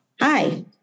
Hi